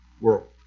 world